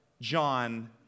John